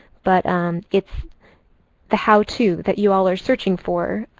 but it's the how to that you all are searching for,